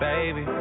Baby